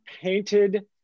painted